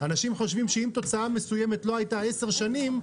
אנשים חושבים שאם תוצאה מסוימת לא הייתה עשר שנים,